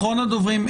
אחרון הדוברים,